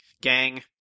gang